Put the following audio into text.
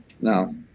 no